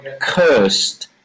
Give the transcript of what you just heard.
cursed